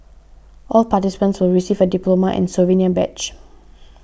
all participants will receive a diploma and souvenir badge